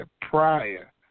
prior